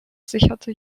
sicherte